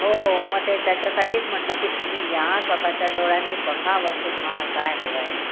हो हो मग ते त्याच्यासाठीच म्हटलं की तुम्ही या स्वतःच्या डोळ्यांनी बघा वस्तू तुम्हाला काय हवं आहे